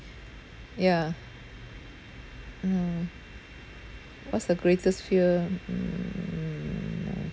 ya mm what's the greatest fear mm